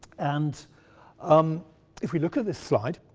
and um if we look at this slide,